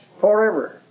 forever